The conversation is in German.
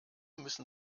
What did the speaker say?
müssen